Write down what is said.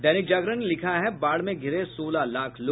दैनिक जागरण ने लिखा है बाढ़ में घिरे सोलह लाख लोग